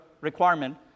requirement